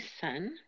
son